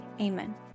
Amen